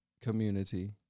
community